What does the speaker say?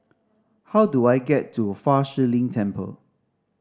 how do I get to Fa Shi Lin Temple